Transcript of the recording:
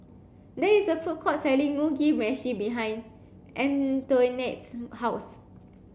there is a food court selling Mugi Meshi behind Antoinette's house